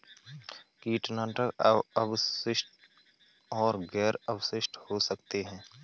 कीटनाशक अवशिष्ट और गैर अवशिष्ट हो सकते हैं